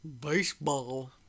Baseball